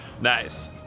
Nice